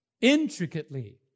intricately